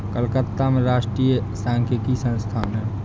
कलकत्ता में राष्ट्रीय सांख्यिकी संस्थान है